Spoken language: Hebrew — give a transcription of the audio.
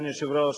אדוני היושב-ראש,